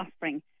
offering